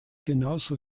genauso